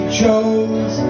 chose